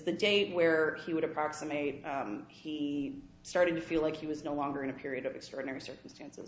the day where he would approximate he started to feel like he was no longer in a period of extraordinary circumstances